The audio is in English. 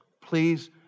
please